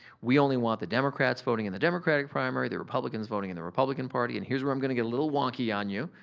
we only want the democrats voting in the democratic primary, the republicans voting in the republican party, and here's where i'm gonna get a little wonky on you,